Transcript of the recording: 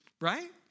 right